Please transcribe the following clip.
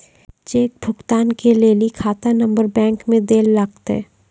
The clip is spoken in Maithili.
चेक भुगतान के लेली खाता नंबर बैंक मे दैल लागतै